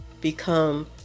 become